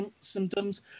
symptoms